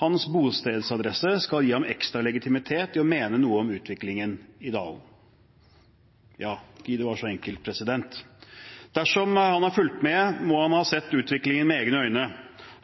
Hans bostedsadresse skal gi ham ekstra legitimitet til å mene noe om utviklingen i dalen. Ja, gid det var så enkelt. Dersom han har fulgt med, må han ha sett utviklingen med egne øyne.